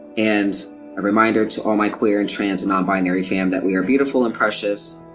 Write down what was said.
and a reminder to all my queer and trans nonbinary fam that we are beautiful and precious.